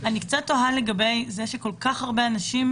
אני קצת תוהה לגבי זה שכל כך הרבה אנשים